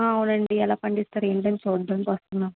అవునండి ఎలా పండిస్తారో ఏంటని చూడ్డానికి వస్తున్నాం